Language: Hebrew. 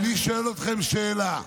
אני שואל אתכם שאלה: